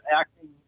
acting